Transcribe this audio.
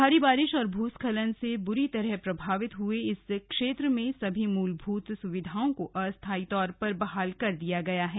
भारी बारिश और भूस्खलन से बुरी तरह प्रभावित हुए इस क्षेत्र में सभी मूलभूत सुविधाओं को अस्थाई तौर पर बहाल कर दिया गया है